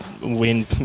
win